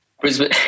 Brisbane